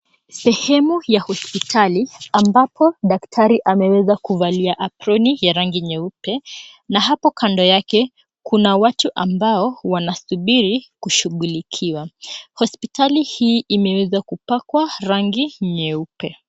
Sehemu ya hospitali ambapo daktari ameweza kuvalia aproni ya rangi nyeupe na hapo kando yake kuna watu ambao wanasubiri kushughulikiwa. Hospitali hii imeweza kupakwa rangi nyeupe.